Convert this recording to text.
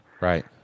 Right